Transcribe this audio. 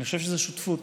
אני חושב שזו שותפות.